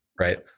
right